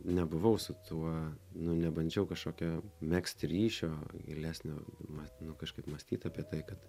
nebuvau su tuo nu nebandžiau kažkokio megzt ryšio gilesnio vat nu kažkaip mąstyt apie tai kad